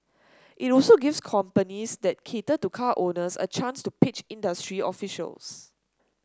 it also gives companies that cater to car owners a chance to pitch industry officials